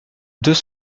deux